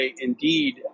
indeed